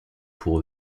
pour